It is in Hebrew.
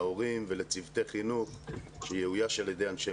להורים ולצוותי חינוך שיאויש על ידי אנשי